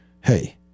hey